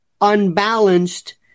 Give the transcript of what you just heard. unbalanced